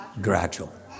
Gradual